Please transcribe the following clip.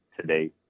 today